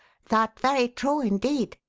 that very true indeed.